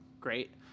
great